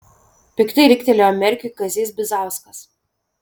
piktai riktelėjo merkiui kazys bizauskas